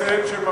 תודה רבה.